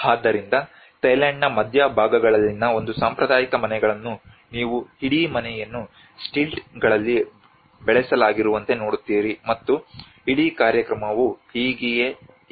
ಆದ್ದರಿಂದ ಥೈಲ್ಯಾಂಡ್ನ ಮಧ್ಯ ಭಾಗಗಳಲ್ಲಿನ ಒಂದು ಸಾಂಪ್ರದಾಯಿಕ ಮನೆಗಳನ್ನು ನೀವು ಇಡೀ ಮನೆಯನ್ನು ಸ್ಟಿಲ್ಟ್ಗಳಲ್ಲಿ ಬೆಳೆಸಲಾಗಿರುವಂತೆ ನೋಡುತ್ತೀರಿ ಮತ್ತು ಇಡೀ ಕಾರ್ಯಕ್ರಮವು ಹೀಗೆಯೇ ಇದೆ